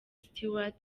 stewart